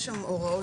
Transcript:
יש שם הוראות